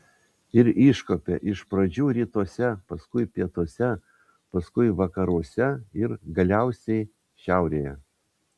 ir iškuopė iš pradžių rytuose paskui pietuose paskui vakaruose ir galiausiai šiaurėje